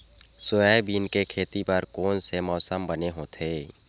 Soybean के खेती बर कोन से मौसम बने होथे?